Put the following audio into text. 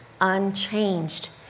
unchanged